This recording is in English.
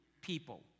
people